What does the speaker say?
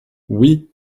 oui